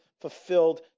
fulfilled